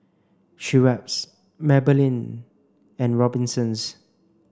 Schweppes Maybelline and Robinsons